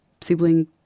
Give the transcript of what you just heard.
sibling